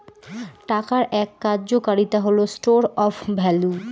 টাকার এক কার্যকারিতা হল স্টোর অফ ভ্যালু